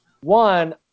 One